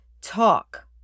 talk